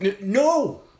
No